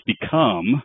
become